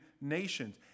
nations